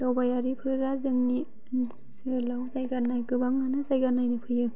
दावबायारिफोरा जोंनि ओनसोलाव जायगा नायनो गोबाङानो जायगा नायनो फैयो